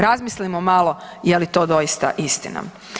Razmislimo malo je li to doista istina.